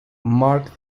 mark